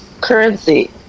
currency